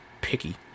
picky